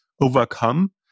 overcome